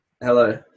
Hello